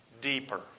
deeper